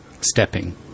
stepping